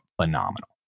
phenomenal